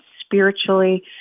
spiritually